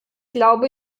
glaube